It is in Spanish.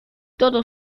todo